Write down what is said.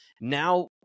Now